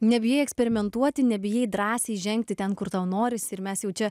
nebijai eksperimentuoti nebijai drąsiai žengti ten kur tau norisi ir mes jau čia